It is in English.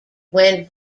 went